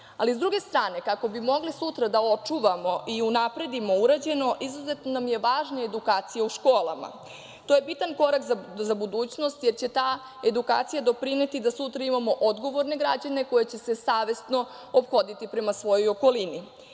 s druge strane, kako bi mogli sutra da očuvamo i unapredimo urađeno, izuzetno nam je važna edukacija u školama. To je bitan korak za budućnost, jer će ta edukacija doprineti da sutra imamo odgovorne građane koji će se savesno ophoditi prema svojoj okolini.S